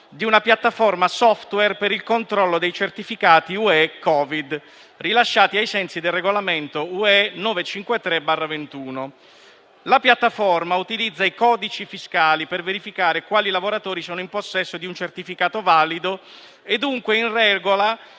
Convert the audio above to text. di una piattaforma *software* per controllare i certificati Covid dell'UE, rilasciati ai sensi del regolamento (UE) 2021/953. La piattaforma utilizza i codici fiscali per verificare quali lavoratori sono in possesso di un certificato valido e dunque in regola